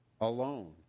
alone